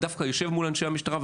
אני דווקא יושב מול אנשי המשטרה,